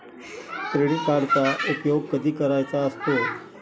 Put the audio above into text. Credit कार्डचा उपयोग कधी करायचा असतो?